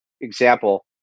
example